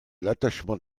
l’attachement